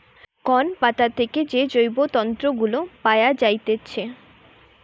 কোন পাতা থেকে যে জৈব তন্তু গুলা পায়া যাইতেছে